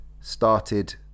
started